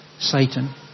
Satan